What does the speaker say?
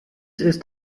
ist